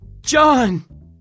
John